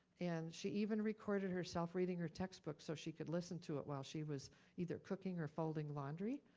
and she even recorded herself reading her textbook so she could listen to it while she was either cooking or folding laundry,